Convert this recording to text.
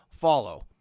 follow